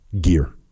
gear